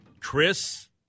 Chris